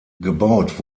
gebaut